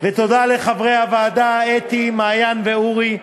ותודה לצוות הוועדה, אתי, מעיין ואורי,